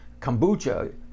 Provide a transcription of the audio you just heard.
kombucha